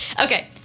Okay